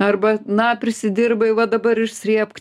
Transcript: arba na prisidirbai va dabar ir srėbk